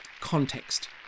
context